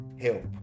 help